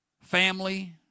family